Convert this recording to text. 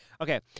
Okay